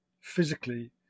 physically